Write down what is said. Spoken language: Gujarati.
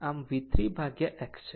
આમ V3 ભાગ્યા x છે